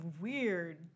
weird